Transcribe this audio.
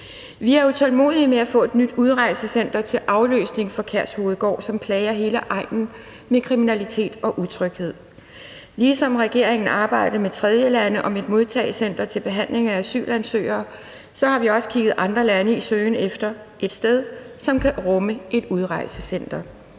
Vi er utålmodige efter at få et nyt udrejsecenter til afløsning af Kærshovedgård, som plager hele egnen med kriminalitet og utryghed. Ligesom regeringen arbejdede med tredjelande om et modtagecenter til behandling af asylansøgere, har vi også kigget til andre lande i vores søgen efter et sted, som kan rumme et udrejsecenter.